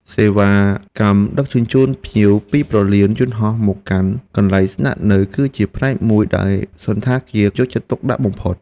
សេវាកម្មដឹកជញ្ជូនភ្ញៀវពីព្រលានយន្តហោះមកកាន់កន្លែងស្នាក់នៅ គឺជាផ្នែកមួយដែលសណ្ឋាគារយកចិត្តទុកដាក់បំផុត។